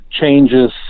changes